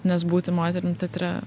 nes būti moterim teatre